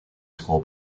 school